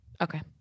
Okay